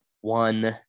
one